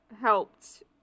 helped